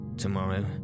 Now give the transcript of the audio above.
Tomorrow